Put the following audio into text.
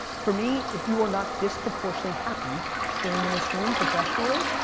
for me, if you are not disproportionately happy sitting in this room professionally,